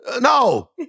no